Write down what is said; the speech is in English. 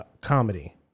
comedy